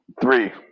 Three